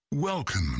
Welcome